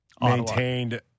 maintained